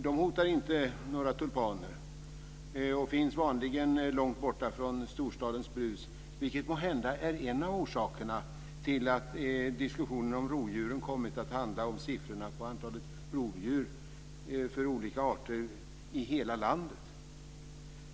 De hotar inte några tulpaner och finns vanligen långt borta från storstadens brus, vilket måhända är en av orsakerna till att diskussionen om rovdjuren kommit att handla om vilket antal rovdjur av olika arter vi ska ha i hela landet.